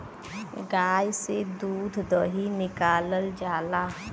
गाय से दूध दही निकालल जाला